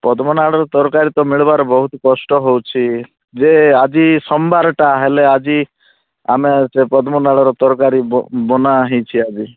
ପଦ୍ମନାଡ଼ର ତରକାରୀ ତ ମିଳିବାରେ ବହୁତ କଷ୍ଟ ହେଉଛି ଯେ ଆଜି ସୋମବାରଟା ହେଲେ ଆଜି ଆମେ ସେ ପଦ୍ମନାଡ଼ର ତରକାରୀ ବନା ହେଇଛି ଆଜି